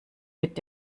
mit